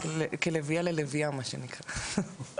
כלביאה ללביאה, מה שנקרא.